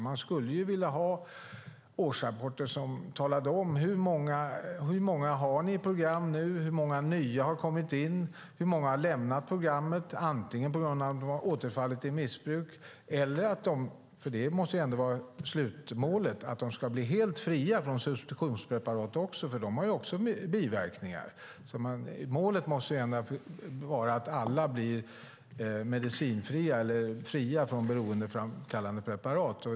Man skulle vilja ha årsrapporter som talar om hur många som finns med i program, hur många nya som har kommit in, hur många som har lämnat program på grund av att de antingen har återfallit i missbruk eller för att de har nått slutmålet att bli helt fria även från att använda substitutionspreparat. De har också biverkningar. Målet måste vara att alla ska bli fria från att använda beroendeframkallande preparat.